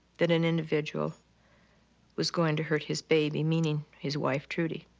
that an individual was going to hurt his baby, meaning his wife trudy.